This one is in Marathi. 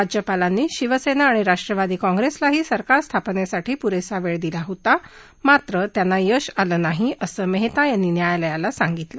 राज्यपालांनी शिवसेना आणि राष्ट्रवादी काँप्रेसलाही सरकार स्थापनेसाठी पुरेसा वेळ दिला होता मात्र त्यांना यश आलं नाही असं मेहता यांनी न्यायालयाला सांगितलं